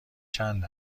چند